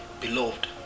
Beloved